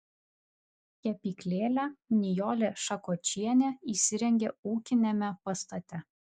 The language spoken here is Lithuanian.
kepyklėlę nijolė šakočienė įsirengė ūkiniame pastate